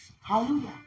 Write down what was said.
Hallelujah